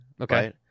Okay